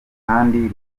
kandi